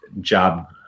job